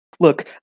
Look